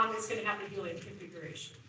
is gonna have the helium configuration.